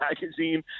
magazine